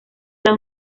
las